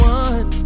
one